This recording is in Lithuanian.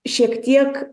šiek tiek